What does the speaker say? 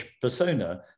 persona